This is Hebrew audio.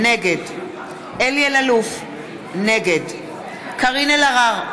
נגד אלי אלאלוף, נגד קארין אלהרר,